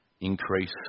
increase